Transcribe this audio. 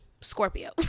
Scorpio